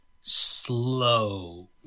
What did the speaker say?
slow